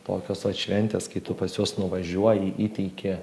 tokios vat šventės kai tu pas juos nuvažiuoji įteiki